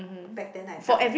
back then I felt that